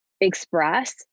express